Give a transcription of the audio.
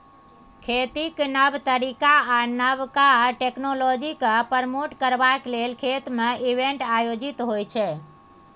खेतीक नब तरीका आ नबका टेक्नोलॉजीकेँ प्रमोट करबाक लेल खेत मे इवेंट आयोजित होइ छै